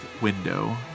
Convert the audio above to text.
Window